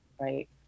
right